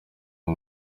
uwo